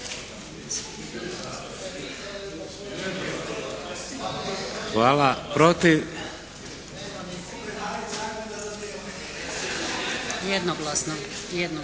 Hvala.